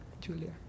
Julia